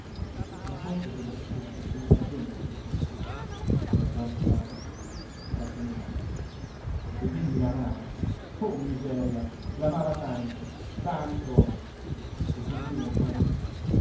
ma forse avrebbe saputo dissimular bene la tristezza era già abituata rassegnata ed egli la amava oh miseria la amava tanto tanto e sentiva in fondo